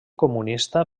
comunista